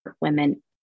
women